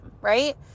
right